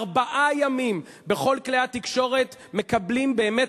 ארבעה ימים בכל כלי התקשורת מקבלים באמת,